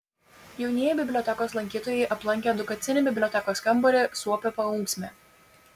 jaunieji bibliotekos lankytojai aplankė edukacinį bibliotekos kambarį suopio paunksmė